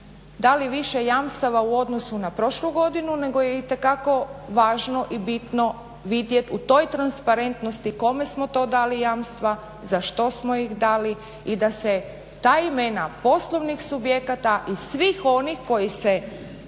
dali više jamstava u odnosu na prošlu godinu nego je itekako važno i bitno vidjeti u toj transparentnosti kome smo to dali jamstva, za što smo ih dali i da se ta imena poslovnih subjekata i svih onih koji se